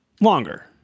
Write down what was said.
longer